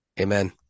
Amen